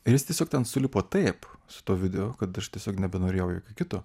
ir jis tiesiog ten sulipo taip su tuo video kad aš tiesiog nebenorėjau jokio kito